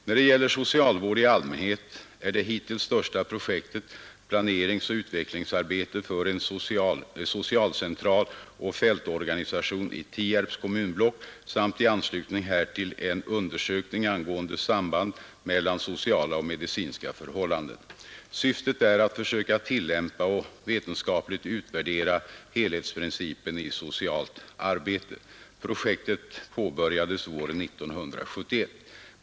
När det gäller socialvård i allmänhet är det hittills största projektet planeringsoch utvecklingsarbete för en socialcentral och fältorganisation i Tierps kommunblock samt i anslutning härtill en undersökning angående samband mellan sociala och medicinska förhållanden. Syftet är att försöka tillämpa och vetenskapligt utvärdera helhetsprincipen i socialt arbete. Projektet påbörjades våren 1971.